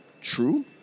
true